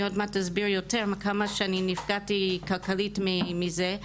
אני עוד מעט אסביר יותר כמה שאני נפגעתי כלכלית מזה.